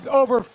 over